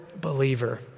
believer